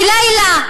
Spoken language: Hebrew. ולילה.